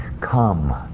Come